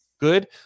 Good